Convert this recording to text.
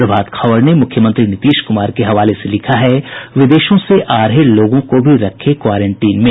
प्रभात खबर ने मुख्यमंत्री नीतीश कुमार हवाले से लिखा है विदेशों से आ रहे लोगों को भी रखें क्वारेंटीन में